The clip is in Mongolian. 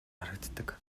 харагддаг